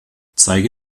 zeige